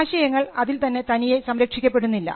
ആശയങ്ങൾ അതിൽ തന്നെ തനിയെ സംരക്ഷിക്കപ്പെടുന്നില്ല